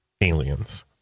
aliens